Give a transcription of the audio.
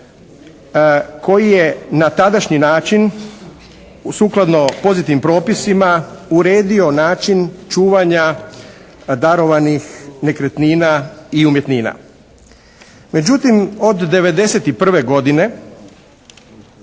koji je na tadašnji način sukladno poznatim propisima uredio način čuvanja darovanih nekretnina i umjetnina. Međutim od '91. godine